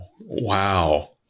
Wow